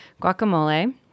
guacamole